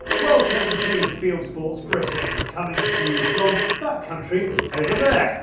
welcome to fieldsports britain, coming to you from that country over there,